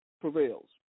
prevails